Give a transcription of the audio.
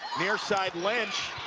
near side, lynch